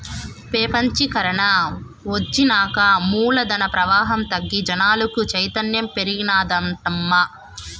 పెపంచీకరన ఒచ్చినాక మూలధన ప్రవాహం తగ్గి జనాలకు చైతన్యం పెరిగినాదటమ్మా